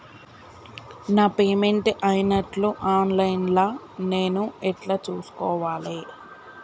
నా పేమెంట్ అయినట్టు online లా నేను ఎట్ల చూస్కోవాలే?